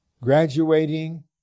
graduating